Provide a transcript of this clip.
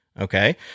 Okay